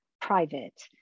private